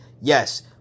Yes